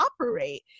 operate